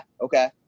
okay